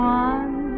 one